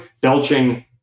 belching